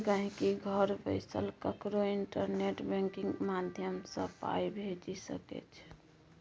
गांहिकी घर बैसल ककरो इंटरनेट बैंकिंग माध्यमसँ पाइ भेजि सकै छै